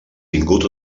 tingut